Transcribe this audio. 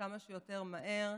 וכמה שיותר מהר,